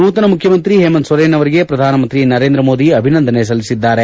ನೂತನ ಮುಖ್ಲಮಂತ್ರಿ ಹೇಮಂತ್ ಸೊರೇನ್ ಅವರಿಗೆ ಪ್ರಧಾನಮಂತ್ರಿ ನರೇಂದ್ರ ಮೋದಿ ಅಭಿನಂದನೆ ಸಲ್ಲಿಸಿದ್ದಾರೆ